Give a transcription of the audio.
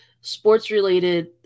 sports-related